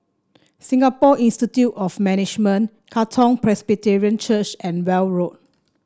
Singapore Institute of Management Katong Presbyterian Church and Weld Road